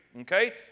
okay